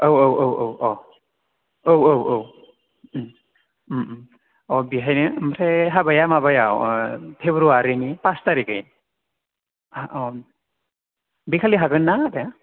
औ औ औ औ अह औ औ ओं अह बेहायनो आमफ्राइ हाबाया माबायाव फेब्रुवारीनि पाच तारिक आह बे खालि हागोन ना आदाया